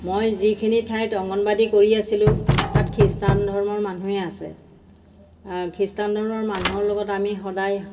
মই যিখিনি ঠাইত অংগনবাদী কৰি আছিলোঁ তাত খ্ৰীষ্টান ধৰ্মৰ মানুহেই আছে খ্ৰীষ্টান ধৰ্মৰ মানুহৰ লগত আমি সদায়